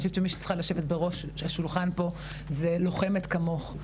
שמי שצריכה לשבת בראש השולחן פה זה לוחמת כמוך.